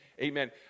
amen